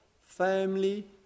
family